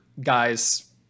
guys